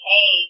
Hey